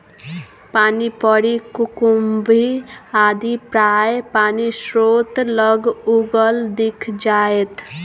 पानिपरी कुकुम्भी आदि प्रायः पानिस्रोत लग उगल दिख जाएत